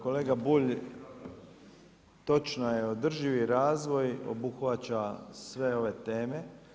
Kolega Bulj, točno je održivi razvoj obuhvaća sve ove teme.